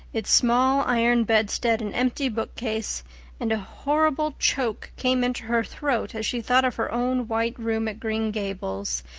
its small iron bedstead and empty book-case and a horrible choke came into her throat as she thought of her own white room at green gables,